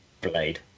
Blade